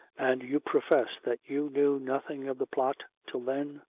and you profess that you knew nothing of the plot till then?